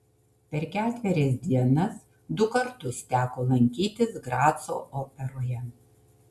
per ketverias dienas du kartus teko lankytis graco operoje